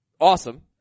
awesome